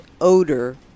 odor